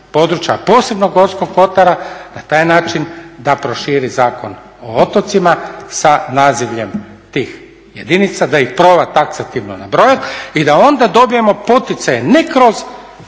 posebno Gorskog Kotara, na taj način da proširi Zakon o otocima sa nazivljem tih jedinica, da ih proba taksativno nabrojati i da onda dobijemo poticaj, ne kroz